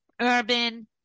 urban